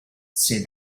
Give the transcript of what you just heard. said